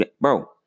Bro